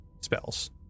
spells